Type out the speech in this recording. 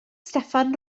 steffan